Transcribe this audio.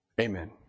Amen